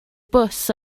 bws